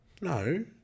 No